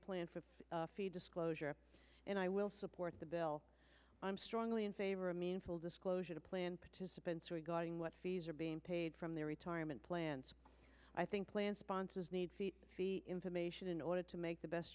plan for fee disclosure and i will support the bill i'm strongly in favor of meaningful disclosure to plan participants regarding what fees are being paid from their retirement plans i think plan sponsors need information in order to make the best